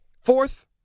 fourth